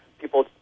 People